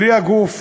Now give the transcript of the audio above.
בלי הגוף